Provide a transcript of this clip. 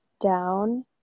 down